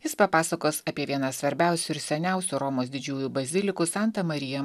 jis papasakos apie vieną svarbiausių ir seniausių romos didžiųjų bazilikų santa marija